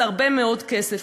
זה הרבה מאוד כסף,